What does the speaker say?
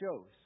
shows